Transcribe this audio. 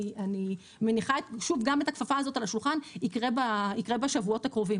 אני מניחה שוב גם את הכפפה הזאת על השולחן יקרה בשבועות הקרובים,